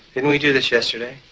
didn't we do this yesterday?